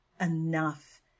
enough